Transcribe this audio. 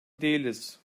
değiliz